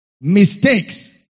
mistakes